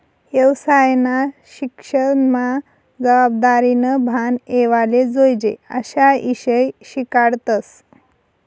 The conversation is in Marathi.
येवसायना शिक्सनमा जबाबदारीनं भान येवाले जोयजे अशा ईषय शिकाडतस